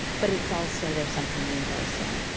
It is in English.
but it's also, there's something universal,